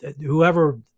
whoever